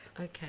Okay